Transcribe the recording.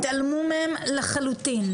התעלמו מהם לחלוטין.